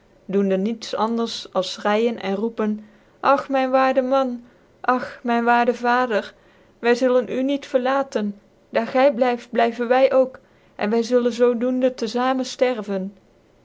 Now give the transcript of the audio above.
doende niet anders als fchryen en roepen ach myn waarde man ach myn waarde vader wy zullen u niet verlaten daargyblyft blyvenwyook en wy zullen zoo doende te